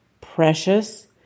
precious